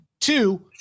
Two